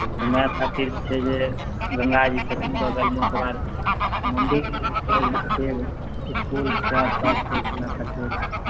घूमे खातिर छै जे जी गङ्गा छथिन बगलमे ओकर बाद मंदिल छै यहाँ पे इसकुल छै आसपास घूमे खातिर